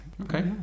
Okay